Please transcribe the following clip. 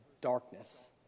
darkness